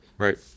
Right